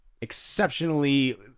exceptionally